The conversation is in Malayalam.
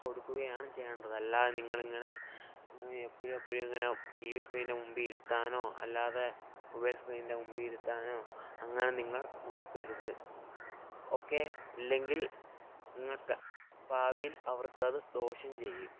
കൊടുക്കുകയാണ് ചെയ്യണ്ടത് അല്ലാതെ നിങ്ങളിങ്ങനെ എപ്പഴുവെപ്പോഴുവിങ്ങനെ ടി വി സ്ക്രീനിൻ്റെ മുമ്പിലിരുത്താനോ അല്ലാതെ മൊബൈൽ സ്ക്രീനിന്റെ മുമ്പിലിരുത്താനോ അങ്ങനെ നിങ്ങൾ നോക്കരുത് ഓക്കേ ഇല്ലെങ്കിൽ നിങ്ങള്ക്ക് ഭാവിയിൽ അവർക്കത് ദോഷം ചെയ്യും